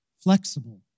flexible